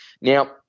Now